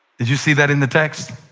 did you see that in the text?